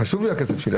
חשוב לי הכסף שלי.